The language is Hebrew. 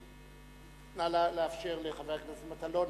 נא לאפשר לחבר הכנסת מטלון,